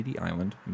island